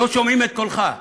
לא שומעים את קולך.